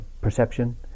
perception